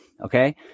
Okay